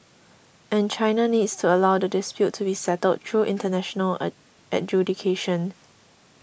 and China needs to allow the dispute to be settled through international a adjudication